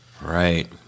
Right